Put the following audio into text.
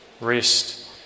rest